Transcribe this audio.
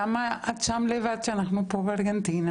למה את שם לבד כשאנחנו פה בארגנטינה?